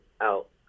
out